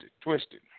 twisted